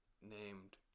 named